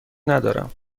ندارم